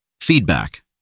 Feedback